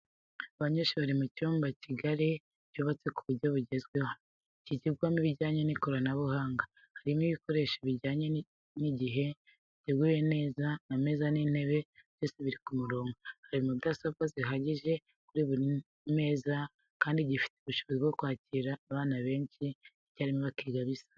Abanyeshuri bari mu cyumba kigari cyubatse ku buryo bugezweho kigirwamo ibijyanye n'ikoranabuhanga, harimo ibikoresho byiza bijyanye n'igihe, giteguye neza, ameza n'intebe byose biri ku murongo, hari mudasobwa zihagije kuri buri meza kandi gifite ubushobozi bwo kwakira abana benshi icyarimwe bakiga bisanzuye.